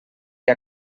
que